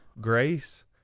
grace